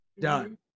done